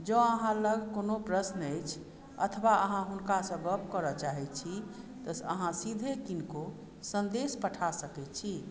जँ अहाँ लग कोनो प्रश्न अछि अथवा अहाँ हुनकासँ गप करऽ चाहैत छी तऽ अहाँ सीधे किनको सन्देश पठा सकैत छी